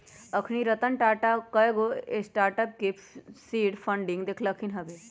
अखनी रतन टाटा कयगो स्टार्टअप के सीड फंडिंग देलखिन्ह हबे